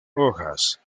hojas